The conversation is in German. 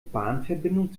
bahnverbindung